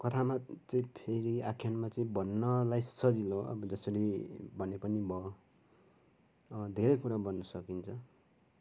कथामा चाहिँ फेरि आख्यानमा चाहिँ भन्नलाई सजिलो हो अब जसरी भने पनि भयो धेरै कुरो भन्न सकिन्छ